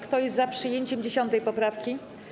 Kto jest za przyjęciem 10. poprawki?